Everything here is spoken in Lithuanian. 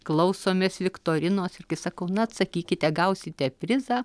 klausomės viktorinos irgi sakau na atsakykite gausite prizą